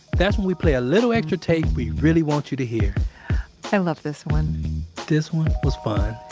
that's when we play a little extra tape we really want you to hear i love this one this one was fun.